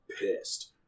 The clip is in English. pissed